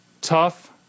tough